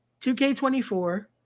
2K24